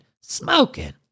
smoking